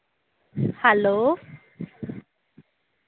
hello